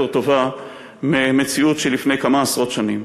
טובה מהמציאות של לפני כמה עשרות שנים.